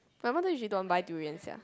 but why then she don't want buy durian sia